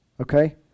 Okay